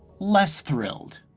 less thrilled.